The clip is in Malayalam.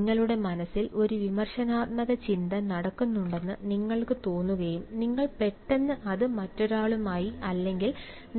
നിങ്ങളുടെ മനസ്സിൽ ഒരു വിമർശനാത്മക ചിന്ത നടക്കുന്നുണ്ടെന്ന് നിങ്ങൾക്ക് തോന്നുകയും നിങ്ങൾ പെട്ടെന്ന് അത് മറ്റൊരാളുമായി അല്ലെങ്കിൽ